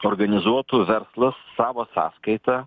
organizuotų verslas savo sąskaita